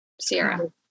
Sierra